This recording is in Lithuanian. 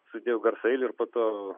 sudėjau garsaeilį ir po to